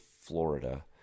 Florida